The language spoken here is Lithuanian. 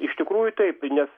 iš tikrųjų taip nes